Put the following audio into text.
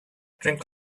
drink